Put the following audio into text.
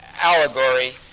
allegory